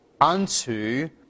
unto